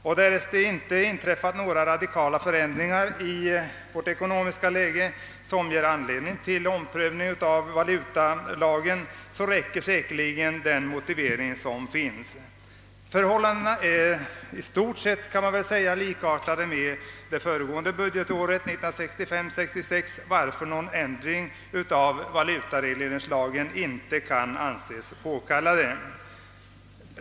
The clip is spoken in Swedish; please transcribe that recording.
Om det inte inträffar några radikala förändringar i vårt ekonomiska läge, som ger anledning till omprövning av valutaförordningen, räcker den motivering som finns. Förhållandena är i stort sett likartade med budgetåret 1965/66, varför någon ändring i valutaförordningen inte kan anses påkallad.